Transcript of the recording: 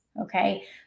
okay